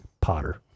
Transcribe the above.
Potter